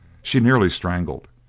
she nearly strangled,